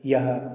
यह